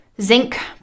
Zinc